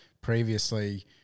previously